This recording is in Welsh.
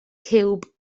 ciwb